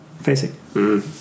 facing